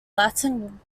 latin